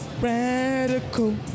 Radical